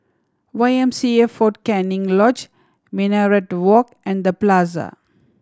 Y M C A Fort Canning Lodge Minaret Walk and The Plaza